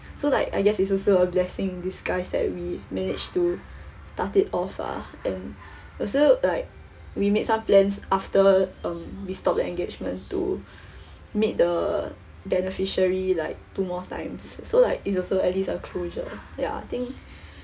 so like I guess it's also a blessing in disguise that we managed to start it off ah and also like we made some plans after um we stopped the engagement to meet the beneficiary like two more times so like it's also at least a closure ya I think